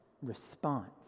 response